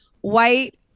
white